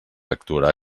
actuarà